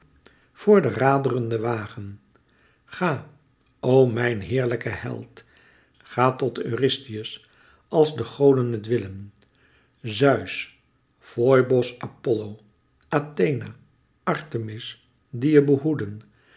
voor den raderenden wagen ga o mijn heerlijke held ga tot eurystheus als de goden het willen zeus foibos apollo athena artemis die je behoeden